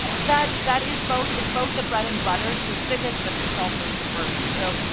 that that is both, it's both the bread and butter to exhibits, but it's also the burn, so.